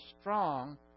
strong